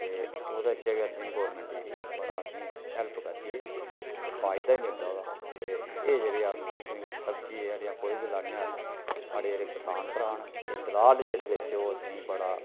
ते ओह्दे च गै असेंगी गौरमैंट जेह्ड़ी बड़ा असेंगी हैल्प करदी ऐ ते फायदा मिलदा ओह्दा ते एह् जेहड़ी अस सोचने सब्जी ऐ जि'यां कोई बी लान्ने आं अस साढ़े जेह्ड़े कसान भ्राऽ न दलाल जेह्ड़े बिच ओह् असेंगी बड़ा